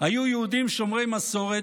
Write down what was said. היו יהודים שומרי מסורת,